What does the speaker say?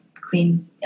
clean